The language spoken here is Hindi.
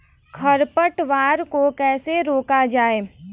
खरपतवार को कैसे रोका जाए?